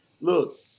look